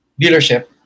dealership